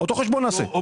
אותו חשבון נעשה.